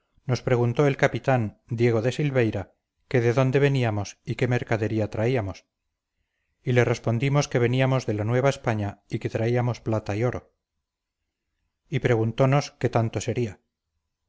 nos preguntó el capitán diego de silveira que de dónde veníamos y qué mercadería traíamos y le respondimos que veníamos de la nueva españa y que traíamos plata y oro y preguntónos qué tanto sería